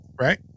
right